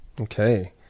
okay